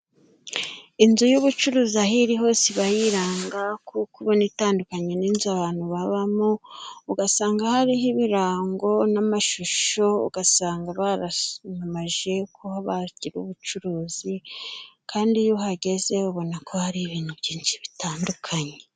Inzu y'ubucuruzi aho iri hose iba yiranga, kuko ubona itandukanye n'inzu abantu babamo. Ugasanga hariho ibirango n'amashusho, ugasanga barasi mamaje ko ha bagira ubucuruzi, kandi iyo uhageze ubona ko hari ibintu byinshi bitandukanye.